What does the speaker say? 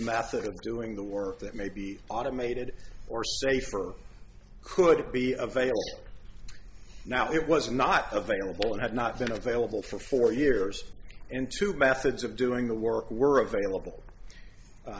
of doing the work that may be automated or safer could be available now it was not available and had not been available for four years into methods of doing the work were available